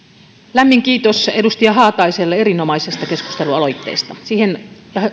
lämmin kiitos edustaja haataiselle erinomaisesta keskustelualoitteesta siihen